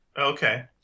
Okay